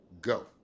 go